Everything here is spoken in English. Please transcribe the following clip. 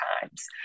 times